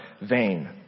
vain